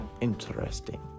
interesting